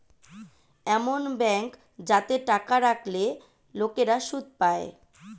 এমন ব্যাঙ্ক যাতে টাকা রাখলে লোকেরা সুদ পায়